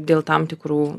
dėl tam tikrų